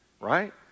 Right